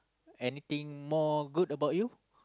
anything more good about you